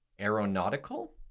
aeronautical